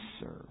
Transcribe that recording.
serve